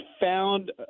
found